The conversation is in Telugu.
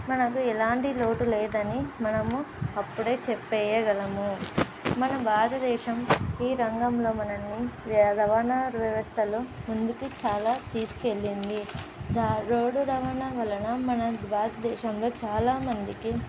మనకు ఎలాంటి రోడ్ లేదని మనము అప్పుడే చెప్పేయగలము మన భారతదేశం ఈ రంగంలో మనల్ని రవాణా వ్యవస్థలో ముందుకు చాలా తీసుకెళ్ళింది రోడ్డు రవాణా వలన మన భారతదేశంలో చాలామందికి